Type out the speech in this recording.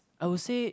I will say